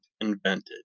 invented